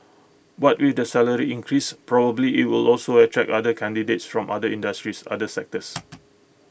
but with the salary increase probably IT will also attract other candidates from other industries other sectors